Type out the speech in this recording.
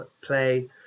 play